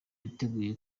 witegura